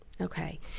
Okay